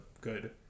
good